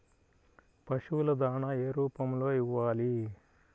పశువుల దాణా ఏ రూపంలో ఇవ్వాలి?